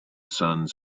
sons